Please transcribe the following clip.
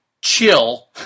chill